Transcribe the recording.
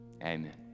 Amen